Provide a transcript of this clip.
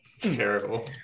Terrible